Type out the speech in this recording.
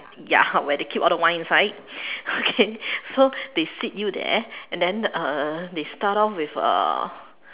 ya where they keep all the wine inside okay so they sit you there and then uh they start off with uh